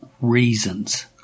reasons